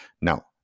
Now